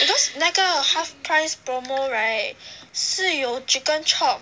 because 那个 half price promo right 是有 chicken chop